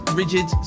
rigid